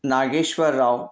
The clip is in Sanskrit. नागेश्वर् राव्